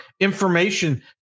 information